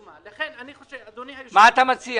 אדוני היושב-ראש, אני מציע